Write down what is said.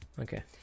Okay